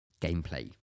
gameplay